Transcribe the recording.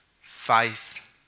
faith